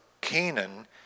Canaan